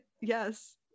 yes